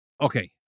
okay